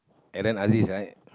Aaron-Aziz right